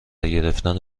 گرفتن